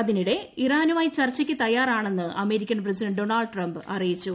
അതിനിടെ ഇറാനുമായി ചർച്ചയ്ക്ക് തയ്യാറാണെന്ന് അമേരിക്കൻ പ്രസിഡന്റ് ഡോണൾഡ് ട്രംപ് അറിയിച്ചു